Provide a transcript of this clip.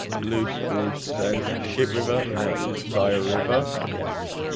luce grew said shit river. no dyer river. yes